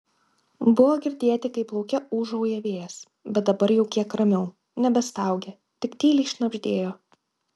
buvo girdėti kaip lauke ūžauja vėjas bet dabar jau kiek ramiau nebestaugė tik tyliai šnabždėjo